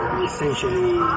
essentially